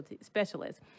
specialist